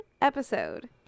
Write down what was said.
episode